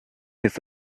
his